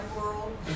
world